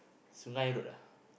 Sungei Road ah